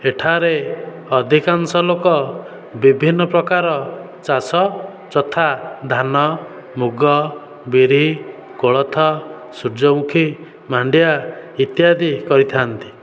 ଏଠାରେ ଅଧିକାଂଶ ଲୋକ ବିଭିନ୍ନ ପ୍ରକାର ଚାଷ ଯଥା ଧାନ ମୁଗ ବିରି କୋଳଥ ସୂର୍ଯ୍ୟମୁଖୀ ମାଣ୍ଡିଆ ଇତ୍ୟାଦି କରିଥାନ୍ତି